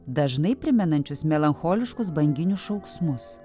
dažnai primenančius melancholiškus banginių šauksmus